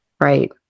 Right